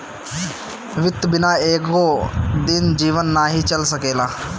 वित्त बिना एको दिन जीवन नाइ चल सकेला